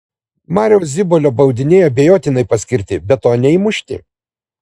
mariaus zibolio baudiniai abejotinai paskirti be to neįmušti